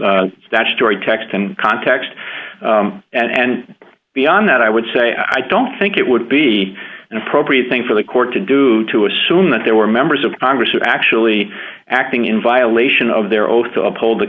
statutory text and context and beyond that i would say i don't think it would be an appropriate thing for the court to do to assume that there were members of congress who actually acting in violation of their oath to uphold the